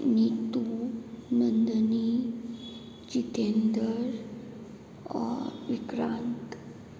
नीतू नंदनी जितेंद्र और विक्रांत